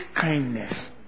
kindness